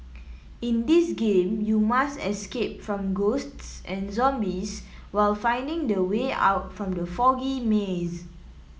in this game you must escape from ghosts and zombies while finding the way out from the foggy maze